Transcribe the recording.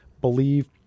believe